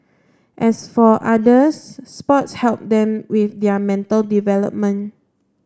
as for others sports help them with their mental development